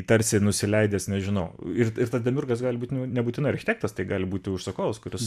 tarsi nusileidęs nežinau ir ir tada miurgas gali būt nebūtinai architektas tai gali būti užsakovas kuris